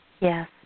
Yes